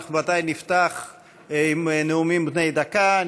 אנחנו בוודאי נפתח בנאומים בני דקה.